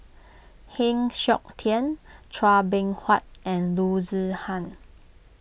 Heng Siok Tian Chua Beng Huat and Loo Zihan